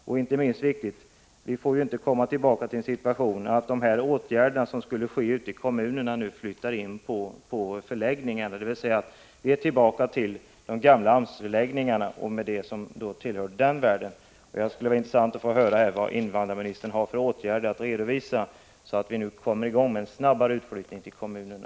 Det är inte minst viktigt att framhålla följande: Vi får inte åter hamna i den situationen att de åtgärder som skall vidtas i kommunerna i stället kommer att ske i förläggningarna — dvs. att vi återgår till det gamla systemet med AMS-förläggningarna och allt som därtill hör. Det skulle vara intressant att få veta vilka åtgärder invandrarministern har att redovisa. Det gäller ju att få till stånd en snabbare utflyttning till kommunerna.